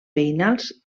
veïnals